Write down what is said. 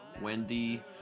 Wendy